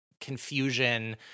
confusion